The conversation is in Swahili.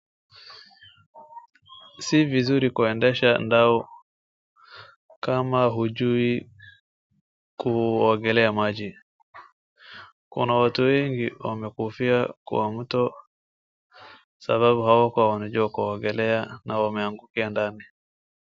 Si vizuri kuendesha ndao kama hujui kuongelea maji, kuna watu wengi wamekufia kwa sababu hawakuwa wanajua kuogelea na wameanguka ndani.